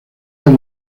del